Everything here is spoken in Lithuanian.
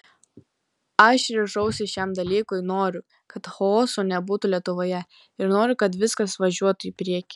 aš ryžausi šiam dalykui noriu kad chaoso nebūtų lietuvoje ir noriu kad viskas važiuotų į priekį